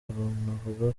anavuga